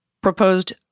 proposed